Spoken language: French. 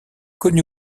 connu